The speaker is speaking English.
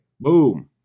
Boom